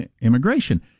immigration